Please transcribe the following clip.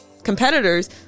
competitors